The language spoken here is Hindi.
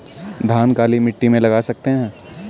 धान काली मिट्टी में लगा सकते हैं?